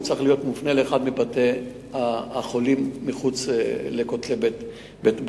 הוא צריך להיות מופנה לאחד מבתי-החולים מחוץ לכותלי בתי-הסוהר.